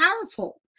powerful